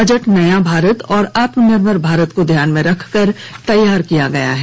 budget नया भारत और आत्मनिर्भर भारत को ध्यान में रखकर तैयार किया गया है